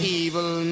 evil